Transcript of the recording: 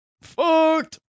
Fucked